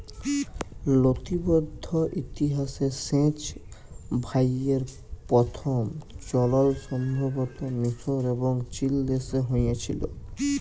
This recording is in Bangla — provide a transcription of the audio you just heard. লতিবদ্ধ ইতিহাসে সেঁচ ভাঁয়রের পথম চলল সম্ভবত মিসর এবং চিলদেশে হঁয়েছিল